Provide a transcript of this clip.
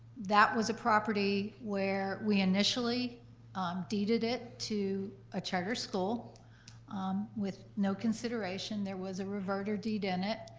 that was a property where we initially deeded it to a charter school with no consideration. there was a reverter deed in it.